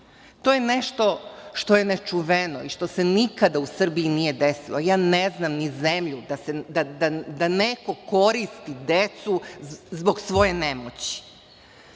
To je nešto što je nečuveno i što se nikad u Srbiji nije desilo. Ja ne znam ni zemlju da neko koristi decu zbog svoje nemoći. Takođe,